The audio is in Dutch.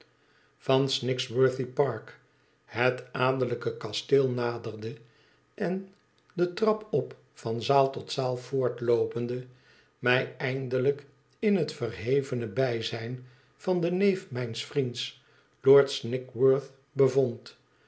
van snigsworthypark het adellijke kasteel naderde en de trap op van zaal tot zaal voortloopende mij eindelijk in het verhevene bijzijn van den neef mijns vriends lord snigsworth